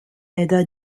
qiegħda